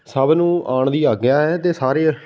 ਸਭ ਨੂੰ ਆਉਣ ਦੀ ਆਗਿਆ ਹੈ ਅਤੇ ਸਾਰੇ